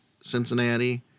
Cincinnati